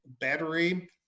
battery